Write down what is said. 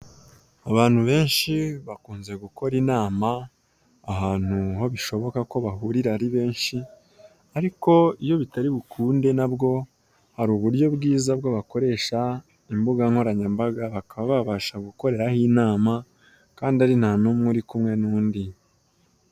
Abantu benshi bakunze gukora inama ahantu ho bishoboka ko bahurira ari benshi ariko iyo bitari bukunde na bwo hari uburyo bwiza bwo bakoresha imbugankoranyambaga bakaba babasha gukoreraraho inama kandi ari nta numwe uri kumwe n'undi.